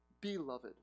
beloved